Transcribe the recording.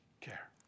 care